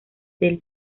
del